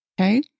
Okay